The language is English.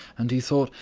and he thought,